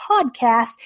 podcast